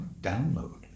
download